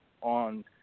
on